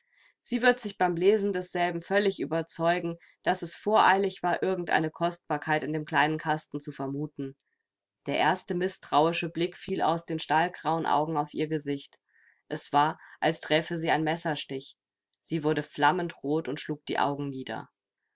sie wird sich beim lesen desselben völlig überzeugen daß es voreilig war irgend eine kostbarkeit in dem kleinen kasten zu vermuten der erste mißtrauische blick fiel aus den stahlgrauen augen auf ihr gesicht es war als träfe sie ein messerstich sie wurde flammendrot und schlug die augen nieder